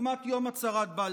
דוגמת יום הצהרת בלפור.